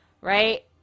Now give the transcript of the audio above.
right